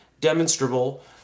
demonstrable